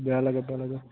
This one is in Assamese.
বেয়া লাগে বেয়া লাগে